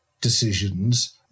decisions